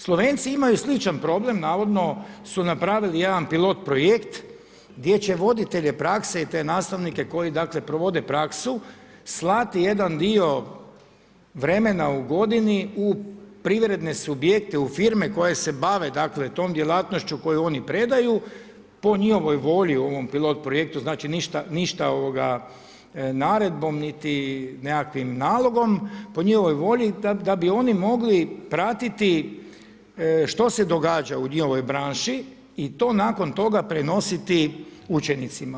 Slovenci imaju sličan problem, navodno su napravili jedan pilot-projekt gdje će voditelje prakse i te nastavnike koji provode praksu slati jedan dio vremena u godini u privredne subjekte u firme koje se bave tom djelatnošću koju oni predaju, po njihovoj volji u ovom pilot-projektu, znači ništa naredbom niti nekakvim nalogom, po njihovoj volji, da bi oni mogli pratiti što se događa u njihovoj branši i to nakon toga prenositi učenicima.